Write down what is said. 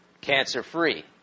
cancer-free